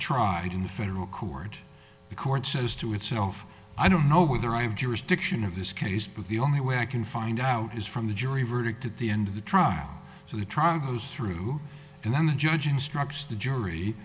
tried in federal court the court says to itself i don't know whether i have jurisdiction of this case but the only way i can find out is from the jury verdict at the end of the trial so the trial goes through and then the judge instructs the jury